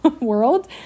world